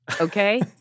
Okay